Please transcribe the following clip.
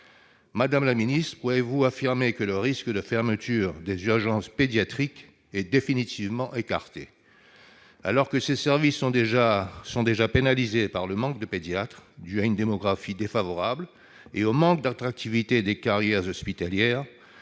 Madame la secrétaire d'État, pouvez-vous affirmer que le risque de fermeture des urgences pédiatriques est définitivement écarté ? Alors que ces services sont déjà pénalisés par le manque de pédiatres en raison d'une démographie défavorable et du manque d'attractivité des carrières hospitalières,